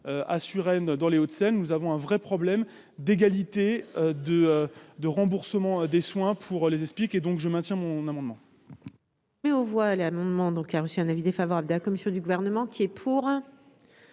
à Suresnes dans les Hauts-de-Seine, nous avons un vrai problème d'égalité de de remboursement des soins pour les explique et donc, je maintiens mon amendement.